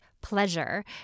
pleasure